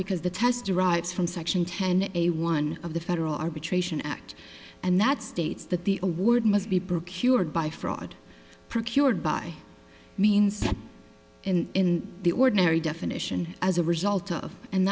because the test derives from section ten a one of the federal arbitration act and that states that the award must be procured by fraud procured by means in the ordinary definition as a result of and